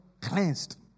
Cleansed